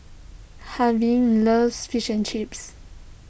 Harvie loves Fish and Chips